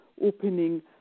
opening